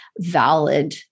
valid